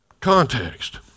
context